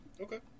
Okay